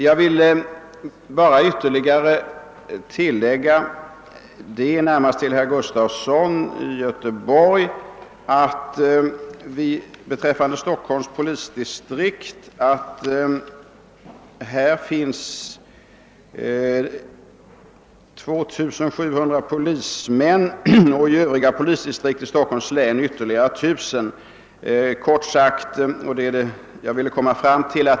Jag vill tillägga, närmast till herr Gustafson i Göteborg, att i Stockholms polisdistrikt finns 2700 polismän och i övriga polisdistrikt i Stockholms län ytterligare 1000.